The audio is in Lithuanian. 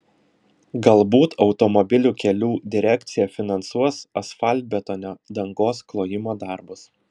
galbūt automobilių kelių direkcija finansuos asfaltbetonio dangos klojimo darbus